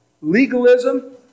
Legalism